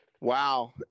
Wow